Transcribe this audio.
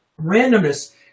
randomness